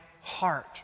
heart